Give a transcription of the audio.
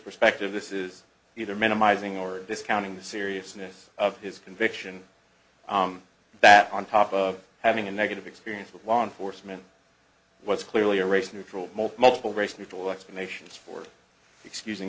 perspective this is either minimizing or discounting the seriousness of his conviction that on top of having a negative experience with law enforcement what's clearly a race neutral multiple race neutral explanations for excus